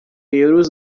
euros